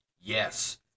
Yes